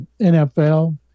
NFL